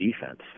defense